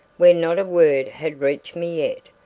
where not a word had reached me yet,